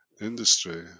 industry